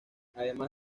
además